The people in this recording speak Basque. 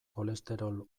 kolesterol